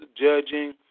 judging